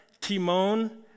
Timon